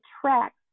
tracks